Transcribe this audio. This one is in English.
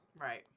Right